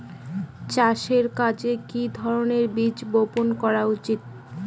চাষের কাজে কি ধরনের বীজ বপন করা উচিৎ?